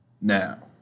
now